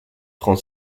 prend